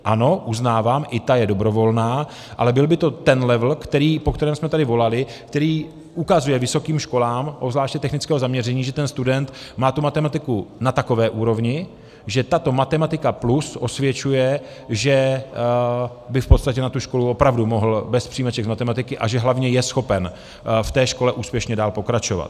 Ano, uznávám, i ta je dobrovolná, ale byl by to ten level, po kterém jsme tady volali, který ukazuje vysokým školám, obzvláště technického zaměření, že student má matematiku na takové úrovni, že tato matematika plus osvědčuje, že by v podstatě na tu školu opravdu mohl bez přijímaček z matematiky a že hlavně je schopen v té škole úspěšně dál pokračovat.